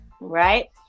Right